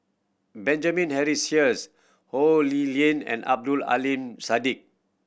Benjamin Henry Sheares Ho Lee Ling and Abdul Aleem Siddique